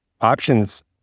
options